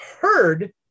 heard